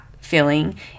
feeling